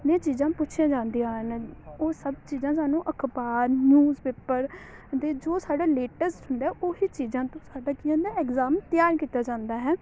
ਇਹ ਚੀਜ਼ਾਂ ਪੁੱਛੀਆਂ ਜਾਂਦੀਆਂ ਹਨ ਉਹ ਸਭ ਚੀਜ਼ਾਂ ਸਾਨੂੰ ਅਖ਼ਬਾਰ ਨਿਊਜ਼ ਪੇਪਰ ਦੀ ਜੋ ਸਾਡਾ ਲੇਟੈਸਟ ਹੁੰਦਾ ਉਹੀ ਚੀਜ਼ਾਂ ਤੋਂ ਸਾਡਾ ਕੀ ਹੁੰਦਾ ਐਗਜ਼ਾਮ ਤਿਆਰ ਕੀਤਾ ਜਾਂਦਾ ਹੈ